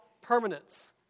permanence